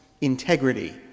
integrity